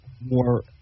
more